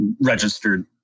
registered